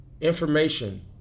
information